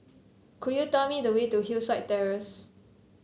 could you tell me the way to Hillside Terrace